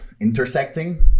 intersecting